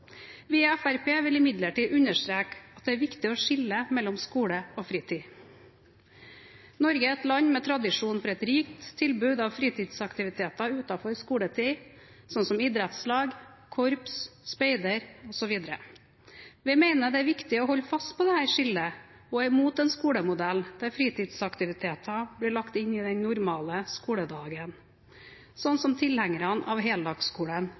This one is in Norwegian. Vi i Fremskrittspartiet vil imidlertid understreke at det er viktig å skille mellom skole og fritid. Norge er et land med tradisjon for et rikt tilbud av fritidsaktiviteter utenfor skoletid, slik som idrettslag, korps, speider osv. Vi mener det er viktig å holde fast på dette skillet og er imot en skolemodell der fritidsaktiviteter blir lagt inn i den normale skoledagen, slik tilhengerne av heldagsskolen